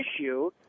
issue